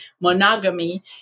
monogamy